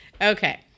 Okay